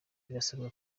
barasabwa